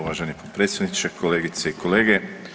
Uvaženi potpredsjedniče, kolegice i kolege.